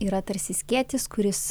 yra tarsi skėtis kuris